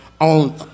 on